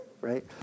right